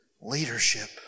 leadership